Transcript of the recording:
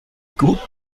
gut